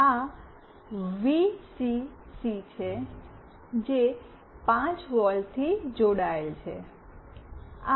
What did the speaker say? આ વીસીસી છે જે 5 વોલ્ટથી જોડાયેલ છે